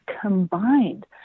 combined